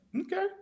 Okay